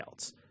else